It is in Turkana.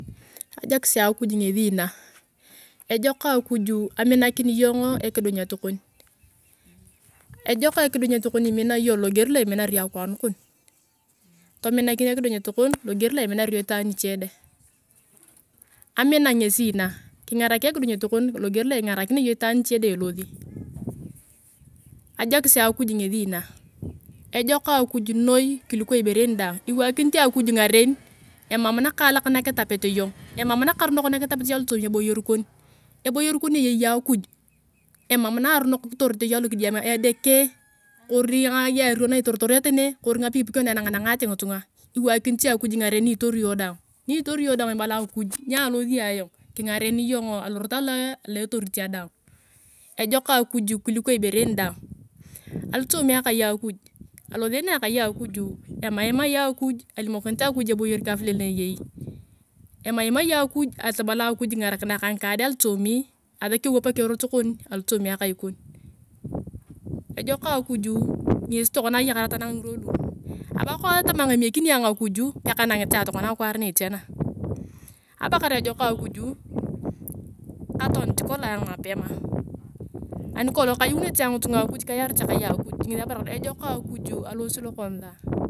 Afokis akuj ngesi naga ejoko okuju aminanini iyongo akudunget kon. Ejoko ekidunyet kon imina iyong logier loa iminarar iyong akwaan kon. Tominakin ekidunyet kon logier loa imaar iyog itaan niche deng. Amina ngesi na, kingarak ekidunyet kon, logier loa ingarakinea iyong itaani niche deng niti elosi. Aiokis akuj ngesi na, ejok akuj noi kuliko ibore en daang iwakinit iyong akuj ngaren emam nakaalak na kitapete iyona emam nakarunok na kitapete iyong alotoomi eboyer kon eboyer kon yei akuj emam narunok kitorete iyong alokidiama edeke, kori ng’ang’ario na itorotoote ne, kori ngapikipikio na enangangate ngitunga. Iwakinit iyong akuj ngaren ni itori iyong daang ni itori iyong daang ibala akuj nya alosi ayong, kingaren iyong alorot aloa etorit ayong dang. Ejok akuj kuliko ibore en daang. Alotoomi akai akuj, alosene ayong kai akuj emaimaene akuj alimokinit akuj eboyer kang vile ni eyei. Emaimai ayong akuj abala akuj kingarakinae ka kingarakinae ka ngika de alotoomi, asakia aewapak erot kon alotoomi ekai kon. Ejok akuj ngesi tokona oyakar ayong tanang ngirwa lu. Krai kolong atama ayong emekiniang akuj pe kanangit ayong akwaar na etia na abakar ayong ejok akuju katanit kolong ayong mapema, ani kolong kayunete ayong ngitunga akuj kayavete kai akuj, ngesi abalar ejok akuj alosit lokanisa.